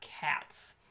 cats